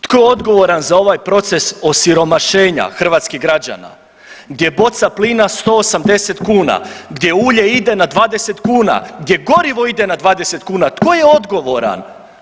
Tko je odgovoran za ovaj proces osiromašenja hrvatskih građana gdje je boca plina 180 kn, gdje ulje ide na 20 kn, gdje gorivo ide na 20 kn, tko je odgovoran?